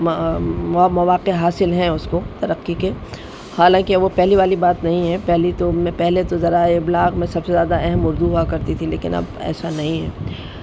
مواقع حاصل ہیں اس کو ترقی کے حالانکہ اب وہ پہلی والی بات نہیں ہے پہلی تو میں پہلے تو ذرائع ابلاغ میں سب سے زیادہ اہم اردو ہوا کرتی تھی لیکن اب ایسا نہیں ہے